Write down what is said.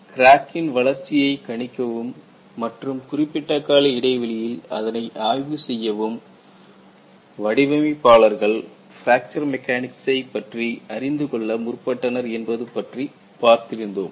கிராக்கின் வளர்ச்சியை கணிக்கவும் மற்றும் குறிப்பிட்ட கால இடைவெளியில் அதனை ஆய்வு செய்யவும் வடிவமைப்பாளர்கள் பிராக்சர் மெக்கானிக்சை பற்றி அறிந்து கொள்ள முற்பட்டனர் என்பது பற்றி கூறியிருந்தேன்